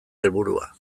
helburua